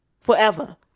forever